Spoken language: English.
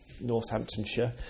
Northamptonshire